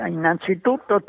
Innanzitutto